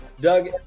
Doug